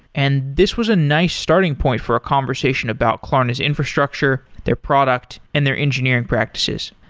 and this was a nice starting point for a conversation about klarna's infrastructure, their product and their engineering practices.